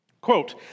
Quote